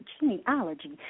genealogy